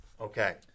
Okay